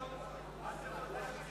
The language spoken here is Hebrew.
אל תפתח ציפיות.